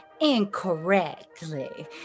incorrectly